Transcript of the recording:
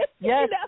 yes